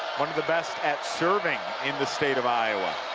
one of the best at serving in the state of iowa.